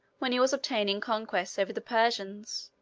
when he was obtaining conquests over the persians,